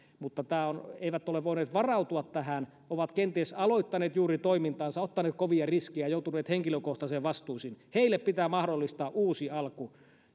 ja jotka eivät ole voineet varautua tähän ovat kenties aloittaneet juuri toimintansa ottaneet kovia riskejä joutuneet henkilökohtaisiin vastuisiin heille pitää mahdollistaa uusi alku